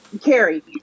Carrie